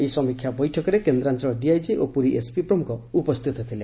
ଏହି ସମୀକ୍ଷା ବୈଠକରେ କେନ୍ଦାଞ୍ଚଳ ଡିଆଇଜି ଓ ପୁରୀ ଏସ୍ପି ପ୍ରମୁଖ ଉପସ୍ଥିତ ଥିଲେ